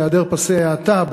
בהיעדר פסי האטה,